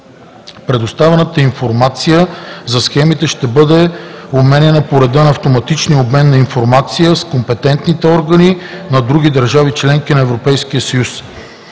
Предоставената информация за схемите ще бъде обменяна по реда на автоматичния обмен на информация с компетентните органи на другите държави членки на Европейския съюз.